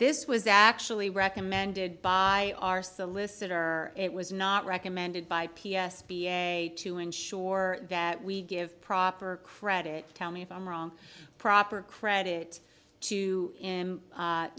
this was actually recommended by our solicitor it was not recommended by p s p a way to ensure that we give proper credit tell me if i'm wrong proper credit to